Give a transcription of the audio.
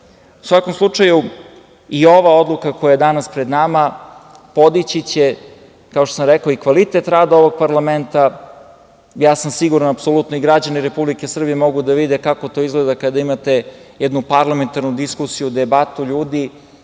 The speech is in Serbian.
svakom slučaju, i ova odluka koja je danas pred vama podići će, kao što sam rekao, i kvalitet rada ovog parlamenta, ja sam sigurno apsolutno a i građani Republike Srbije mogu da vide kako to izgleda kada imate jednu parlamentarnu diskusiju i debatu ljudi